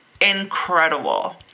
incredible